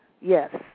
Yes